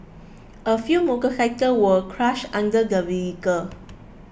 a few motorcycle were crushed under the vehicle